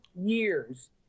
years